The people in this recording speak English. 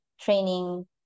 training